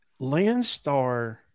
Landstar